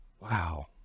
wow